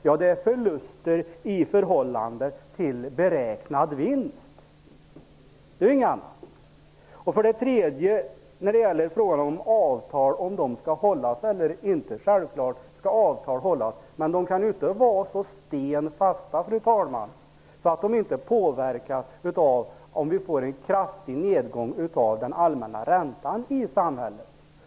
Ja, det är förluster -- i förhållande till beräknad vinst. Något annat är det inte fråga om. För det tredje skall avtal hållas. Men de kan inte vara så ''stenfasta'', fru talman, att de inte påverkas av om vi får en kraftig nedgång av den allmänna räntan i samhället.